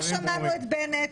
לא שמענו את בנט,